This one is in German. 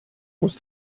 muss